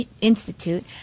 Institute